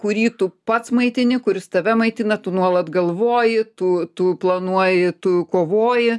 kurį tu pats maitini kuris tave maitina tu nuolat galvoji tu tu planuoji tu kovoji